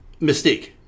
Mystique